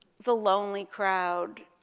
the lonely crowd,